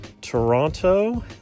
Toronto